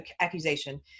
accusation